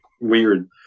weird